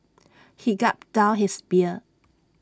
he gulped down his beer